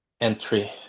entry